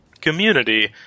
community